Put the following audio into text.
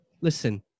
Listen